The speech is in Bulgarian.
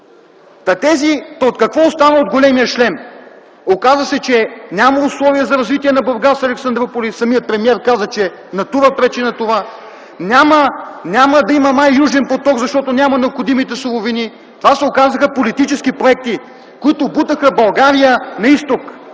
Та, какво остана от големия шлем? Оказа се, че няма условия за развитие на Бургас – Александруполис. Самият премиер каза, че „Натура” пречи на това. Няма да има май „Южен поток”, защото няма необходимите суровини. Това се оказаха политически проекти, които бутаха България на изток,